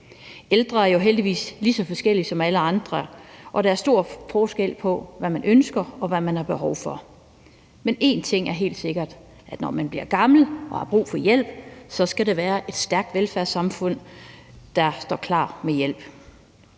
Ældre er jo heldigvis lige så forskellige som alle andre, og der er stor forskel på, hvad man ønsker, og hvad man har behov for. Men en ting er helt sikkert, og det er, at når man bliver gammel og har brug for hjælp, skal der være et stærkt velfærdssamfund, der står klar med hjælp.